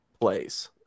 place